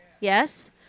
Yes